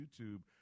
YouTube